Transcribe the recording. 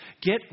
Get